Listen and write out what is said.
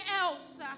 else